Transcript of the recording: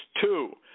two